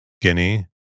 Guinea